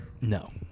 No